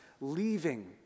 leaving